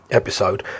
episode